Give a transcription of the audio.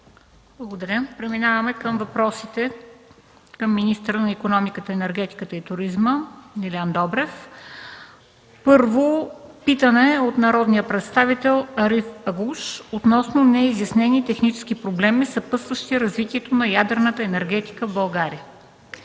Благодаря. Преминаваме към въпросите към министъра на икономиката, енергетиката и туризма Делян Добрев. Първо, питане от народния представител Ариф Агуш относно неизяснени технически проблеми, съпътстващи развитието на ядрената енергетика в България.